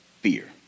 fear